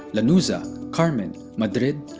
lanuza, carmen, madrid,